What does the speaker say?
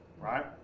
right